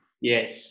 Yes